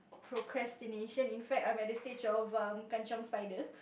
procrastination in fact I'm at the stage of um kanchiong spider